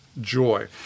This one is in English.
joy